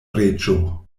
reĝo